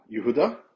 Yehuda